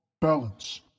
balance